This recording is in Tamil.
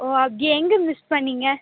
ஓ அப்படியா எங்கே மிஸ் பண்ணீங்க